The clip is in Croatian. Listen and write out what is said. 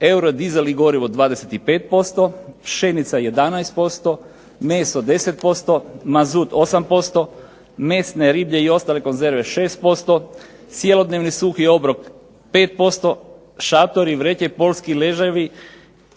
eurodizel i gorivo 25%, pšenica 11%, meso 10%, mazut 8%, mesne riblje i ostale konzerve 6%, cjelodnevni suhi obrok 5%, šatori, vreće i poljski ležajevi